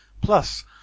plus